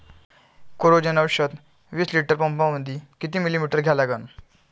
Coragen औषध विस litre पंपामंदी किती मिलीमिटर घ्या लागन?